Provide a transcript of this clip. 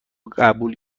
قبول